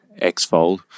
X-fold